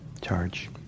charge